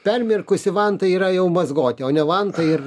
permirkusi vanta yra jau mazgotė o ne vanta ir